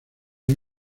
una